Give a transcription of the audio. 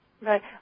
Right